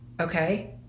okay